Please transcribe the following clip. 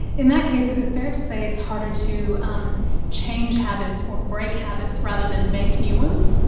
in that case, is it fair to say it's harder to um change habits or break habits rather than make new ones?